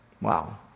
Wow